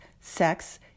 sex